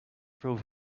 prove